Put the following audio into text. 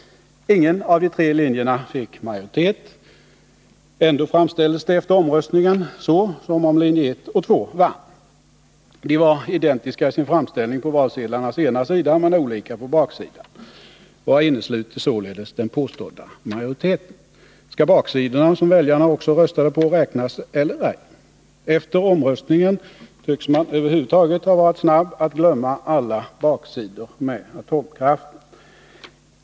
Ingen av de tre linjerna fick majoritet. Ändå framställdes det efter omröstningen som om linje 1 och 2 vann. De var identiska i sin framställning på valsedlarnas ena sida men olika på baksidan. Vad innesluter således den påstådda majoriteten? Skall baksidorna, som väljarna också röstade på, räknas eller ej? Efter omröstningen tycks man över huvud taget ha varit snabb att glömma alla baksidor med atomkraften.